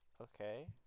okay